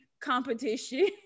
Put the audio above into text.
competition